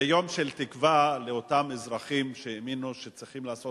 זה יום של תקווה לאותם אזרחים שהאמינו שצריכים לעשות